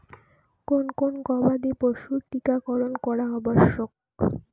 কোন কোন গবাদি পশুর টীকা করন করা আবশ্যক?